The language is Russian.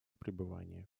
пребывания